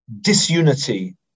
disunity